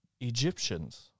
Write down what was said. Egyptians